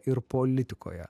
ir politikoje